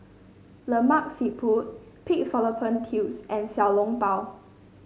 Lemak Siput Pig Fallopian Tubes and Xiao Long Bao